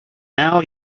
now